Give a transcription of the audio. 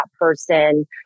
person